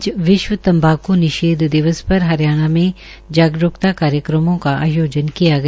आज विश्व तम्बाकू निषेध दिवस पर हरियाणा में जागरूकता कार्यक्रमों का आयोजन किया गया